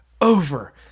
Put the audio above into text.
over